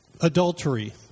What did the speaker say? adultery